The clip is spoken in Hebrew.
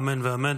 אמן ואמן.